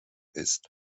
ist